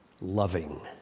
loving